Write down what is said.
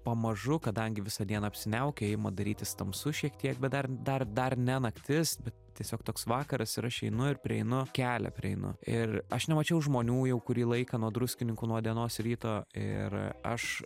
pamažu kadangi visą dieną apsiniaukę ima darytis tamsu šiek tiek bet dar dar dar ne naktis bet tiesiog toks vakaras ir aš einu ir prieinu kelią prieinu ir aš nemačiau žmonių jau kurį laiką nuo druskininkų nuo dienos ryto ir aš